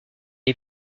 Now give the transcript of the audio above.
est